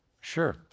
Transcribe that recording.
sure